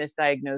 misdiagnosed